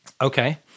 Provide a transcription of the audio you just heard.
Okay